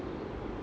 why